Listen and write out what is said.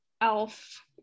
Elf